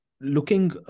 looking